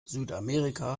südamerika